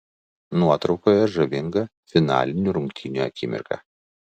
nuotraukoje žavinga finalinių rungtynių akimirka